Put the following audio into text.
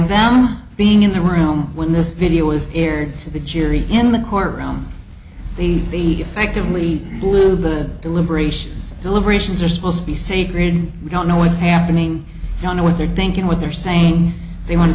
value being in the room when this video is aired to the jury in the courtroom the fact that we blew the deliberations deliberations are supposed to be sacred we don't know what's happening don't know what they're thinking what they're saying they want to